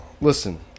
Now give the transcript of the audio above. listen